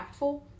impactful